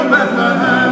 Bethlehem